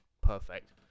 perfect